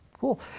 Cool